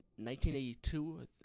1982